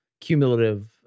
cumulative